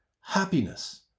happiness